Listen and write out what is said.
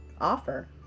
offer